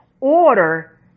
order